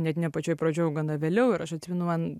net ne pačioj pradžioj o gana vėliau ir aš atsimenu man